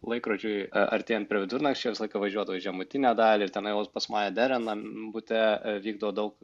laikrodžiui a artėjant prie vidurnakčio visą laiką važiuodavo į žemutinę dalį ir tenai jau pas mają dereną bute e vykdavo daug